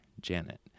Janet